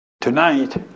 Tonight